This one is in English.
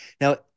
Now